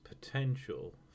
potential